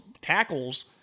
tackles